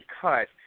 cut